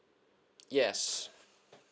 yes